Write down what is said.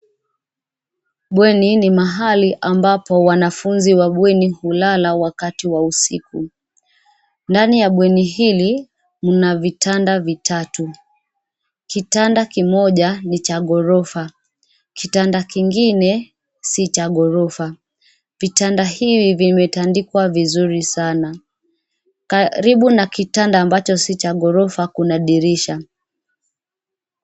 Bweni ni mahali ambapo wanafunzi wa bweni hulala wakati wa usiku. Ndani ya bweni hili kuna vitanda vitatu, kitanda kimoja ni cha ghorofa, kitanda kingine si cha ghorofa. Vitanda hivi vimetandikwa vizuri sana. Karibu na kitanda ambacho si cha ghorofa kuna dirisha.